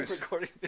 Recording